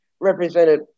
represented